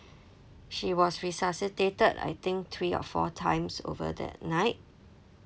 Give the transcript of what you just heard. she was resuscitated I think three or four times over that night